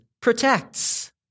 protects